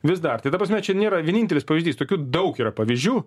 vis dar tai ta prasme čia nėra vienintelis pavyzdys tokių daug yra pavyzdžių